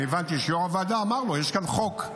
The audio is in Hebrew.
אני הבנתי שיו"ר הוועדה אמר לו: יש כאן חוק.